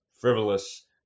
frivolous